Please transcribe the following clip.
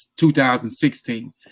2016